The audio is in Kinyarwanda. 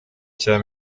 cya